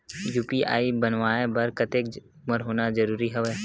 UPI बनवाय बर कतेक उमर होना जरूरी हवय?